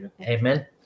Amen